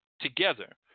Together